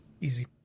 Easy